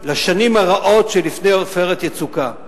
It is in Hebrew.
לשנים הרעות שלפני "עופרת יצוקה".